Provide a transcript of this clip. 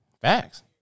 Facts